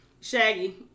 Shaggy